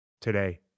today